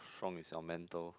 from is your mental